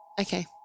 Okay